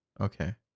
Okay